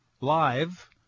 live